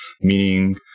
Meaning